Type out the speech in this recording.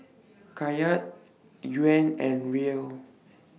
Kyat Yuan and Riel